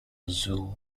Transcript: zoo